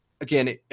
again